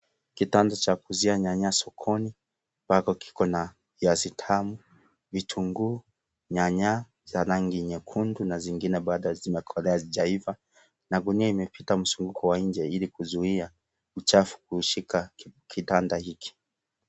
Kitanda cha kuuzia nyanya sokoni ambako kiko na viazi vitamu, vitunguu, nyanya za rangi nyekundu na zingine bado zimekolea hazijaiva, na gunia imepita mzunguko wa nje ili kuzuia uchafu kushika kitanda hiki.